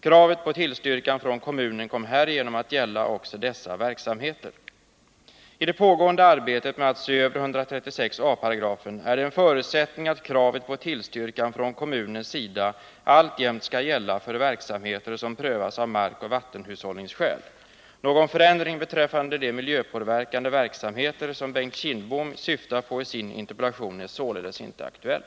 Kravet på tillstyrkan från kommunen kom härigenom att gälla också dessa verksamheter. I det pågående arbetet med att se över 136 a § BL är det en förutsättning att kravet på tillstyrkan från kommunens sida alltjämt skall gälla för verksamheter som prövas av markoch vattenhushållningsskäl. Någon förändring beträffande de miljöpåverkande verksamheter som Bengt Kindbom syftar på i sin interpellation är således inte aktuell.